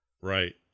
Right